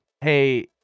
hey